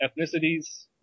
ethnicities